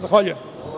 Zahvaljujem.